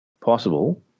Possible